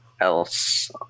else